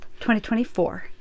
2024